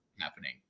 happening